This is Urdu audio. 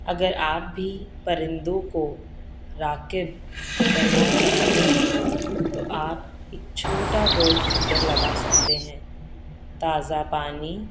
اگر آپ بھی پرندوں کو راغب کرنا چاہتے ہیں تو آپ ایک چھوٹا برڈ فیڈر لگا سکتے ہیں تازہ پانی